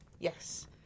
Yes